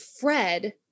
Fred